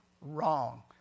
wrong